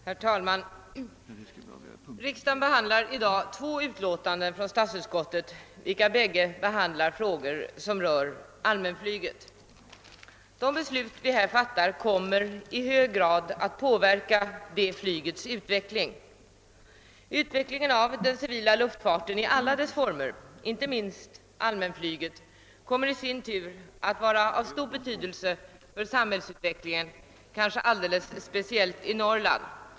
Herr talman! Riksdagen behandlar i dag två utlåtanden från statsutskottet vilka bägge avser frågor som rör allmänflyget. De beslut vi här fattar kommer att i hög grad påverka det flygets utveckling. Utvecklingen av den civila luftfarten i alla dess former, inte minst allmänflyget, kommer i sin tur att vara av stor betydelse för samhällsutvecklingen, kanske alldeles speciellt i Norrland.